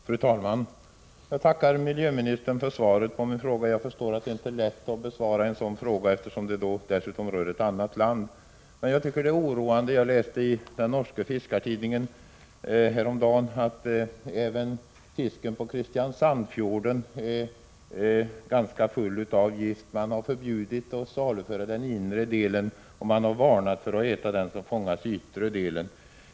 Fru talman! Jag tackar miljöministern för svaret på frågan. Jag förstår att det inte är lätt att besvara en sådan fråga, eftersom den också rör ett annat land. Men det hela är oroande. Jag läste i den norska fiskartidningen häromdagen att även fisk från Kristiansandsfjorden är ganska full av gift. Man har förbjudit att saluföra fisk från den inre delen av fjorden och varnat för att äta fisk som fångas i den yttre delen.